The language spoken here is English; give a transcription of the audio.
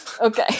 Okay